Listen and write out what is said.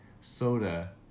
soda